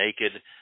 naked